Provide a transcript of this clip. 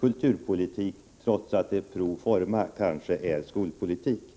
kulturpolitik, trots att det pro forma kanske är skolpolitik.